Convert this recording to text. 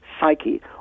psyche